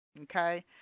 Okay